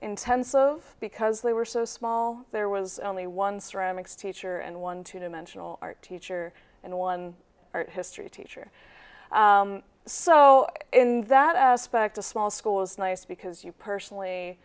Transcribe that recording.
intense love because they were so small there was only one ceramics teacher and one two dimensional art teacher and one art history teacher so in that aspect a small school is nice because you personally